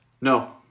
No